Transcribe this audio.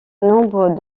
nombre